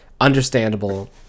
understandable